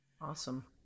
Awesome